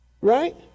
right